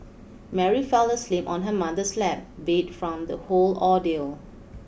Mary fell asleep on her mother's lap beat from the whole ordeal